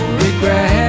regret